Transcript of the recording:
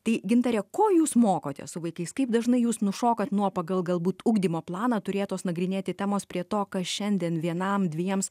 tai gintare ko jūs mokotės su vaikais kaip dažnai jūs nušokat nuo pagal galbūt ugdymo planą turėtos nagrinėti temos prie to kas šiandien vienam dviems